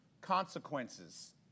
consequences